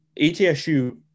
ETSU